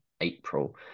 April